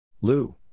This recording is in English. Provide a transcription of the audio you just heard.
Lou